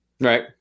right